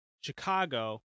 Chicago